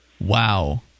Wow